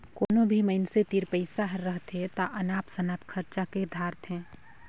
कोनो भी मइनसे तीर पइसा हर रहथे ता अनाप सनाप खरचा कइर धारथें